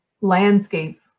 landscape